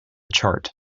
chart